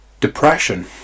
depression